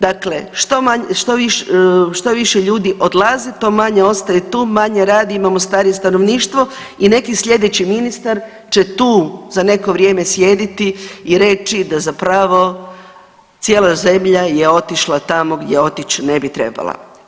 Dakle, što manje, što više ljudi odlazi to manje ostaje tu, manje radi imamo starije stanovništvo i neki slijedeći ministar će tu za neko vrijeme sjediti i reći da zapravo cijela zemlja je otišla tamo gdje otići ne bi trebala.